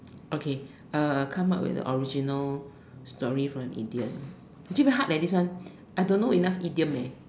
okay come up with the original story for an idiom actually very hard leh this one I don't know enough idioms